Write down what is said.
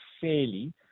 fairly